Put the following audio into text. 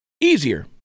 easier